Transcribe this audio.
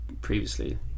previously